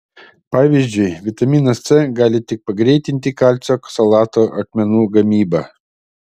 pavyzdžiui vitaminas c gali tik pagreitinti kalcio oksalato akmenų gamybą